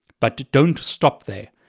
but don't stop there.